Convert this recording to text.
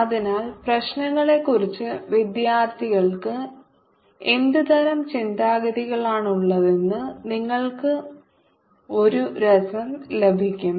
അതിനാൽ പ്രശ്നങ്ങളെക്കുറിച്ച് വിദ്യാർത്ഥികൾക്ക് എന്തുതരം ചിന്താഗതികളാണുള്ളതെന്ന് നിങ്ങൾക്ക് ഒരു രസം ലഭിക്കും